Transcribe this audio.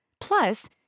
Plus